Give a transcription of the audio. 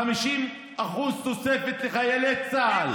50% תוספת לחיילי צה"ל.